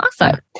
awesome